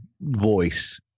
voice